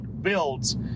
Builds